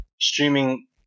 streaming